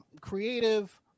Creative